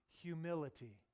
humility